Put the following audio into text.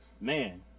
Man